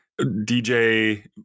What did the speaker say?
DJ